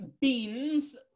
Beans